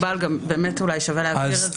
מקובל, באמת אולי שווה להזכיר את זה.